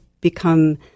become